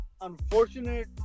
unfortunate